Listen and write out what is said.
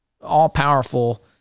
all-powerful